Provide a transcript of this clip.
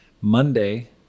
Monday